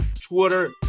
Twitter